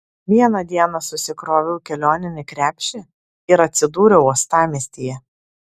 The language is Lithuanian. vieną dieną susikroviau kelioninį krepšį ir atsidūriau uostamiestyje